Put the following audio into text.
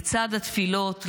לצד התפילות,